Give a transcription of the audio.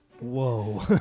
whoa